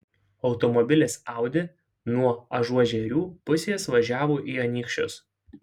automobilis audi nuo ažuožerių pusės važiavo į anykščius